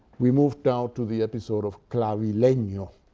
we move now to the episode of clavileno.